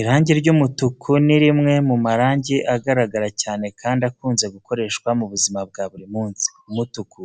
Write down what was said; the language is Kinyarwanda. Irangi ry’umutuku ni rimwe mu marangi agaragara cyane kandi akunze gukoreshwa mu buzima bwa buri munsi. Umutuku